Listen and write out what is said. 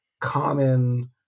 common